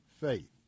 faith